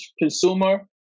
consumer